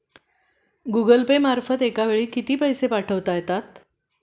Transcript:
Google Pay मार्फत एका वेळी किती पैसे पाठवता येतात?